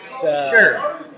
sure